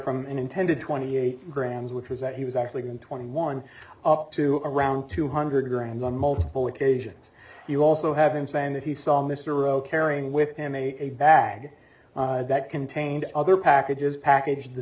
intended twenty eight grams which was that he was actually going twenty one up to around two hundred grand a multiple occasions you also have him saying that he saw mr o carrying with him a bag that contained other packages packaged the